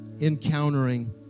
encountering